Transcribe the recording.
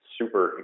super